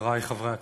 חברי חברי הכנסת,